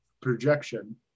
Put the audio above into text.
projection